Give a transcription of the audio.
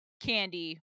candy